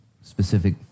specific